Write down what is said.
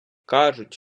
кажуть